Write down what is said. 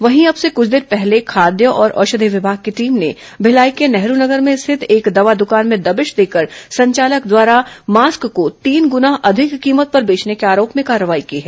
वहीं अब से कुछ देर पहले खाद्य और औषधि विभाग की टीम ने भिलाई के नेहरू नगर में स्थित एक दवा द्वकान में दबिश देकर संचालक द्वारा मास्क को तीन गुना अधिक कीमत पर बेचने के आरोप में कार्रवाई की है